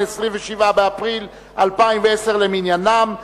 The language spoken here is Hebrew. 27 באפריל 2010 למניינם,